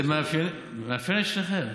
זה מאפיין את שניכם.